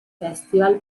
festival